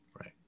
Right